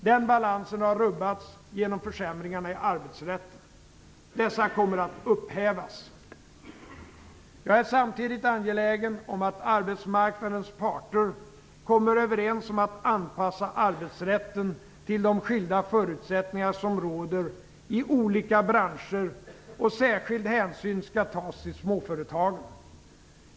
Den balansen har rubbats genom försämringarna i arbetsrätten. Dessa kommer att upphävas. Jag är samtidigt angelägen om att arbetsmarknadens parter kommer överens om att anpassa arbetsrätten till de skilda förutsättningar som råder i olika branscher och att särskild hänsyn skall tas till småföretagen.